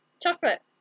Chocolate